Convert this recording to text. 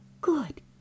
Good